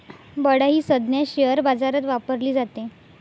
बडा ही संज्ञा शेअर बाजारात वापरली जाते